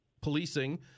policing